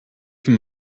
him